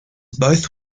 both